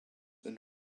and